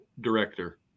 director